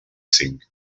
cinc